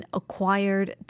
acquired